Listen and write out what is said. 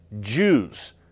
Jews